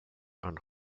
and